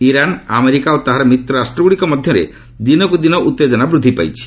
Iran America ଓ ତାହାର ମିତ୍ର ରାଷ୍ଟ୍ରଗୁଡ଼ିକ ମଧ୍ୟରେ ଦିନକୁ ଦିନ ଉତ୍ତେଜନା ବୃଦ୍ଧି ପାଉଛି